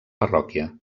parròquia